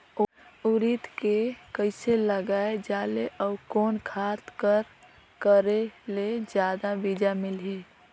उरीद के कइसे लगाय जाले अउ कोन खाद कर करेले जादा बीजा मिलही?